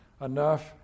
enough